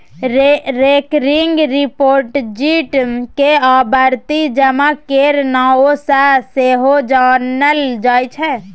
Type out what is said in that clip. recurring deposit केँ आवर्ती जमा केर नाओ सँ सेहो जानल जाइ छै